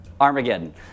Armageddon